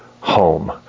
home